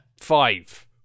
five